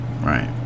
Right